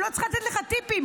אני לא צריכה לתת לך טיפים,